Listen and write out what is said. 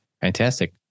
Fantastic